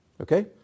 Okay